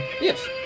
Yes